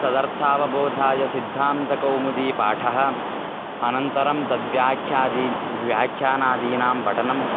तदर्थावबोधाय सिद्धान्तकौमुदीपाठः अनन्तरं तत् व्याख्यादी व्याख्यानादीनां पठनम्